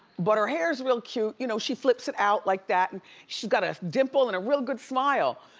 but her hair's real cute. you know she flips it out like that. and she's got a dimple and a real good smile.